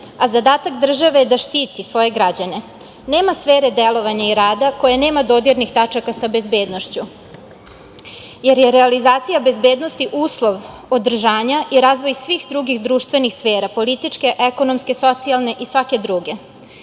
a zadatak države je da štiti svoje građane. Nema sfere delovanja i rada koje nema dodirnih tačaka sa bezbednošću, jer je realizacija bezbednosti uslov održanja i razvoj svih drugih društvenih sfera političke, ekonomske, socijalne i svake